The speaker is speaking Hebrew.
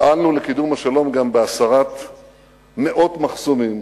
פעלנו לקידום השלום גם בהסרת מאות מחסומים,